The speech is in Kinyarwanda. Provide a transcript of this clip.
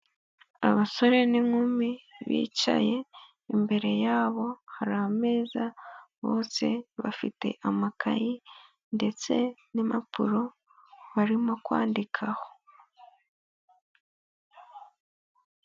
Abasore n'inkumi bicaye, imbere yabo hari ameza, bose bafite amakayi ndetse n'impapuro barimo kwandikaho.